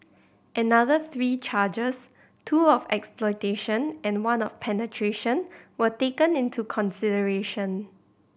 another three charges two of exploitation and one of penetration were taken into consideration